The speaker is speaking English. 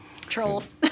Trolls